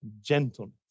gentleness